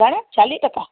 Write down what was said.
घणा चालीह टका